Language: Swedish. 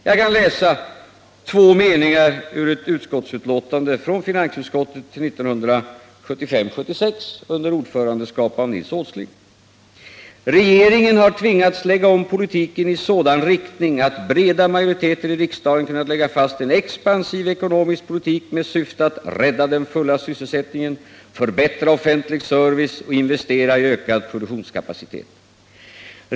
Jag kan läsa två meningar ur finansutskottets betänkande 1975/76:40 — finansutskottet stod då under ordförandeskap av Nils Åsling: ”Regeringen har tvingats lägga om politiken i sådan riktning att breda majoriteter i riksdagen kunnat lägga fast en expansiv ekonomisk politik med syfte att rädda den fulla sysselsättningen, förbättra offentlig service och investera i ökad produktionskapacitet.